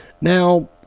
now